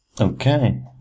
Okay